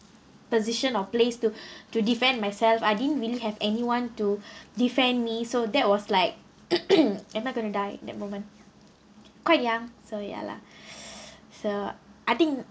position or place to to defend myself I didn't really have anyone to defend me so that was like am I going to die that moment quite young so ya lah so I think